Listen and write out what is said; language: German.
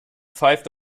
pfeift